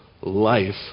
life